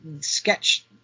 sketch